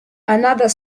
another